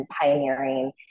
pioneering